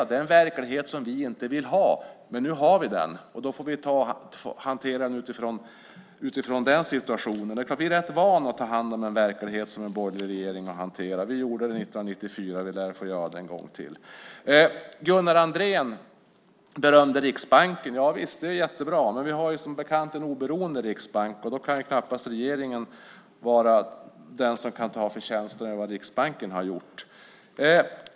Det är en verklighet som vi inte vill ha, men nu har vi den, och då får vi hantera den utifrån den situationen. Det är klart att vi är rätt vana vid att ta hand om en verklighet som en borgerlig regering har hanterat. Vi gjorde det 1994. Vi lär få göra det en gång till. Gunnar Andrén berömde Riksbanken. Ja visst, det är jättebra. Men vi har som bekant en oberoende riksbank. Då kan knappast regeringen vara den som kan ta förtjänsten av vad Riksbanken har gjort.